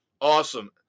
Awesome